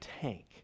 tank